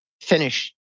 finish